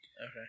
Okay